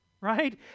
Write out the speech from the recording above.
right